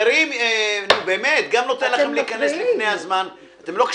לבחון את כל תחום המתווכים וכל תחום התיווך,